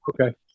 Okay